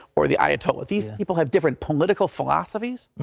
or the ayatollah. these people have different political philosophies.